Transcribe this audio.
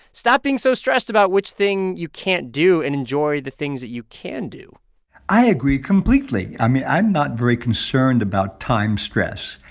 stop being so stressed about which thing you can't do, and enjoy the things that you can do i agree completely. i mean, i'm not very concerned about time stress.